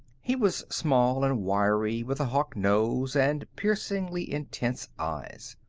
he was small and wiry, with a hawk nose and piercingly intense eyes.